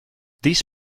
this